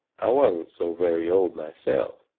i wasn't so very old myself,